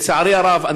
לצערי הרב,